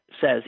says